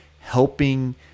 helping